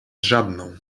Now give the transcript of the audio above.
żadną